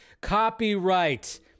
copyright